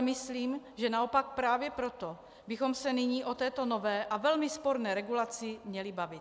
Myslím si ale, že naopak právě proto bychom se nyní o této nové a velmi sporné regulaci měli bavit.